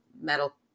metal